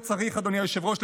אדוני היושב-ראש,